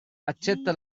accetta